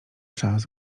czas